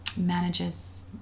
manages